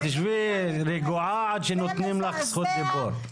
תשבי רגועה עד שנותנים לך זכות דיבור.